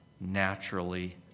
naturally